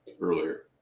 earlier